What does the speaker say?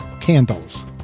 Candles